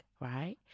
Right